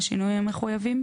בשינויים המחויבים,